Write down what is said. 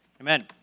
amen